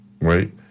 right